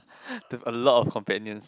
to a lot of companions